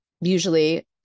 usually